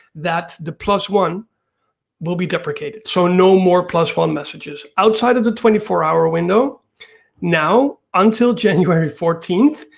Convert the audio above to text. that's the plus one will be deprecated. so no more plus one messages outside of the twenty four hour window now, until january fourteenth,